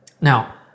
Now